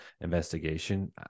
investigation